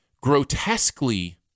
grotesquely